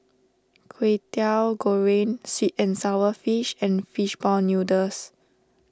Kway Teow Goreng Sweet and Sour Fish and Fish Ball Noodles